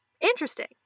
interesting